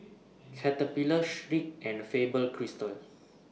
Caterpillar Schick and Faber Castell